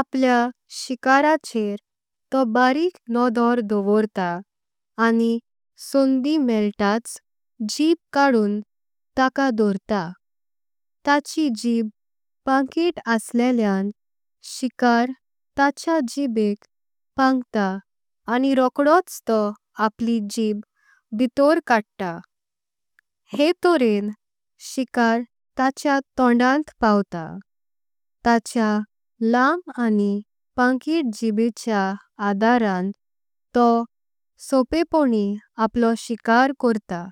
आपल्या शिकाराचेर तॊ बारिक नॊदर दॊर्ता आनी सॊंधी। मेळटाच जिब काडुन तका दॊर्ता ताची जिब पांकित। असलें शिकार ताच्या जिबेक पांकता आनी रोकडॊ। चॊ आपली जिब भितर काडता हें तॊरेन शिकार ताच्या। तॊंडांत पवता ताच्या लांब आनी पांकित जिबेच्या। आधरां तॊ सॊमपेपॊन्निन आपलॊ शिकार करता।